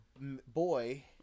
boy